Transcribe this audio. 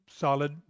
solid